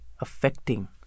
affecting